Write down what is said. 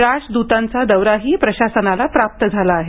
राजदूतांचा दौराही प्रशासनाला प्राप्त झाला आहे